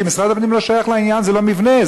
כי משרד הפנים לא שייך לעניין של המבנה.